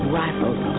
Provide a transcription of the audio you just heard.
rifles